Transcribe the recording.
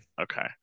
Okay